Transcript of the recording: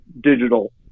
digital